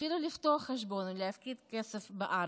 אפילו לפתוח חשבון ולהפקיד כסף בארץ.